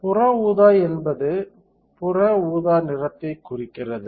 புற ஊதா என்பது புற ஊதா நிறத்தைக் குறிக்கிறது